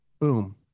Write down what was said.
boom